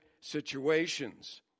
situations